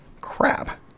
crap